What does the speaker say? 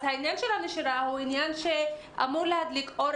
אז העניין של הנשירה הוא עניין שאמור להדליק אור